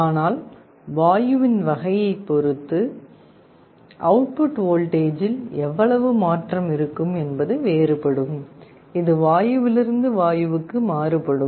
ஆனால் வாயுவின் வகையைப் பொறுத்து அவுட் புட் வோல்டேஜில் எவ்வளவு மாற்றம் இருக்கும் என்பது வேறுபடும் இது வாயுவிலிருந்து வாயுவுக்கு மாறுபடும்